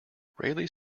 raleigh